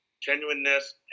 genuineness